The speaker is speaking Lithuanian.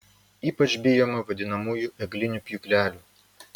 ypač bijoma vadinamųjų eglinių pjūklelių